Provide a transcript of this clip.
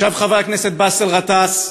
ישב חבר הכנסת באסל גטאס,